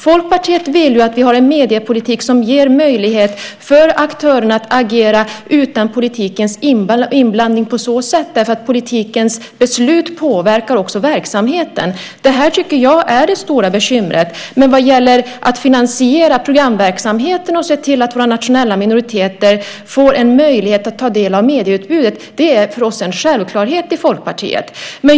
Folkpartiet vill att vi ska ha en mediepolitik som ger möjlighet för aktörerna att agera utan politikens inblandning på så sätt. Politikens beslut påverkar också verksamheten. Jag tycker att det här är det stora bekymret. Men för oss i Folkpartiet är det en självklarhet att finansiera programverksamheten och se till att våra nationella minoriteter får en möjlighet att ta del av medieutbudet.